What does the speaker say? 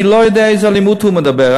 אני לא יודע על איזו אלימות הוא מדבר.